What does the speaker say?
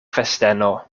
festeno